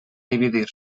dividir